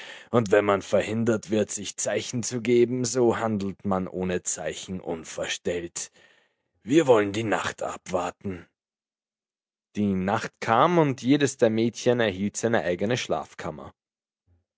und wenn man verhindert wird sich zeichen zu geben so handelt man ohne zeichen unverstellt wir wollen die nacht abwarten die nacht kam und jedes der mädchen erhielt seine eigene schlafkammer